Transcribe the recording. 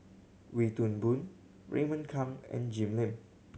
Wee Toon Boon Raymond Kang and Jim Lim